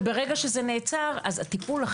וברגע שזה נעצר הטיפול,